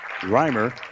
Reimer